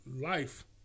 life